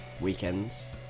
weekends